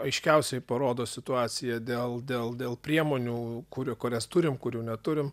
aiškiausiai parodo situaciją dėl dėl dėl priemonių kurių kurias turim kurių neturim